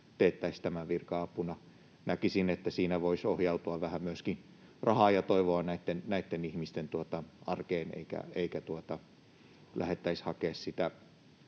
teetettäisiin tämä virka-apuna. Näkisin, että siinä voisi ohjautua vähän myöskin rahaa ja toivoa näitten ihmisten arkeen, kun ei lähdettäisi hakemaan sitä